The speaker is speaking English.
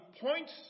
points